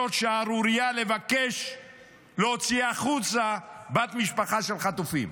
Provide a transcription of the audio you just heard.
זאת שערורייה לבקש להוציא החוצה בת משפחה של חטופים.